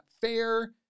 fair